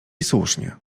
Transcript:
słusznie